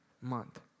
month